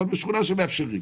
בשכונה שמאפשרים,